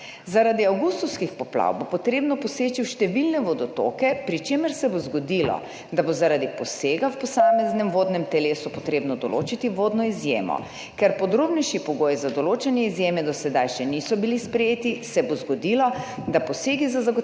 Zaradi avgustovskih poplav bo potrebno poseči v številne vodotoke, pri čemer se bo zgodilo, da bo zaradi posega v posameznem vodnem telesu potrebno določiti vodno izjemo. Ker podrobnejši pogoji za določanje izjeme do sedaj še niso bili sprejeti, se bo zgodilo, da posegi za zagotavljanje